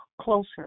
closer